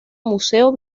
museo